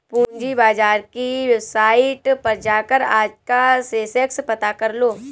पूंजी बाजार की वेबसाईट पर जाकर आज का सेंसेक्स पता करलो